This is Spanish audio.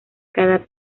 cada